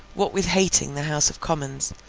what with hating the house of commons,